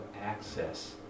access